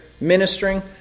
ministering